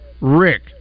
Rick